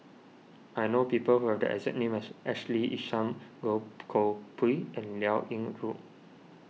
I know people who have the exact name as Ashley Isham Goh Koh Pui and Liao Yingru